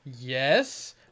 Yes